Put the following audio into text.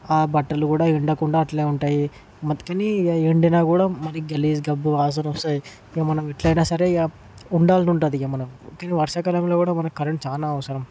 ఆ బట్టలు కూడా ఎండకుండా అట్లే ఉంటాయి మతుకని ఇక ఎండినా కూడ మరీ గలీజుగా గబ్బు వాసనొస్తాయి ఇక మనం ఎట్లైనా సరే ఇక ఉండాలని ఉంటుంది ఇక మనం ముఖ్యంగా వర్షాకాలంలో కూడ మనకు కరెంట్ చాలా అవసరం